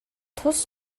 тус